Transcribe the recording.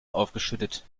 aufgeschüttet